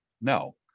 No